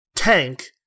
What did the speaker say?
tank